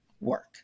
work